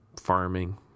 farming